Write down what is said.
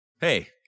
Hey